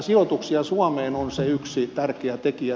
sijoituksia suomeen on se yksi tärkeä tekijä